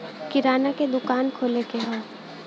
किराना के दुकान खोले के हौ